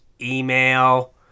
email